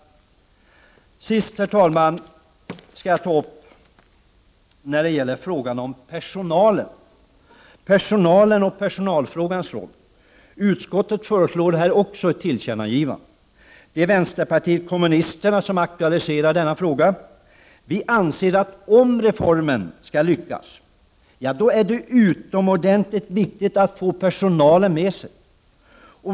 Till sist, herr talman, skall jag nämna personalen och personalfrågornas roll. Utskottet föreslår också här ett tillkännagivande. Det är vänsterpartiet kommunisterna som har auktualiserat denna fråga. Vi anser, att om reformen skall lyckas är det utomordentligt viktigt att få personalen med sig.